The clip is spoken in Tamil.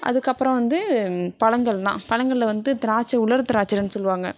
அதுக்கப்புறம் வந்து பழங்கள் தான் பழங்களில் வந்து திராட்சை உலர் திராட்சைன்னு சொல்லுவாங்க